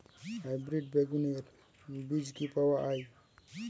Hybrid বেগুনের বীজ কি পাওয়া য়ায়?